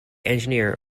engineer